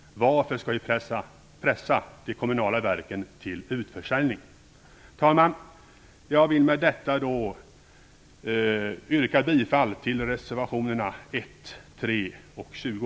Varför skall vi pressa de kommunala verken till utförsäljning? Herr talman! Jag vill med detta yrka bifall till reservationerna 1, 3 och 20.